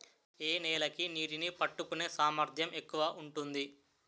ఏ నేల కి నీటినీ పట్టుకునే సామర్థ్యం ఎక్కువ ఉంటుంది?